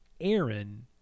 Aaron